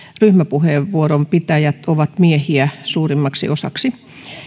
ryhmäpuheenvuoron pitäjät ovat miehiä suurimmaksi osaksi